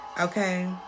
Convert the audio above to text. okay